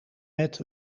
met